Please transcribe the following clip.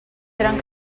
eren